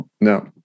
No